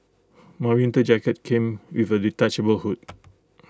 my winter jacket came with A detachable hood